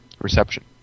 reception